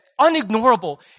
unignorable